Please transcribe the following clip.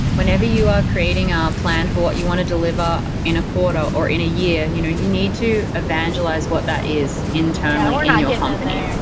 whenever you are creating a plan for what you want to deliver in a quarter, or in a year, you know you need to evangelize what that is internally in your company,